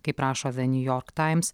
kaip rašo the new york times